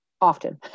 often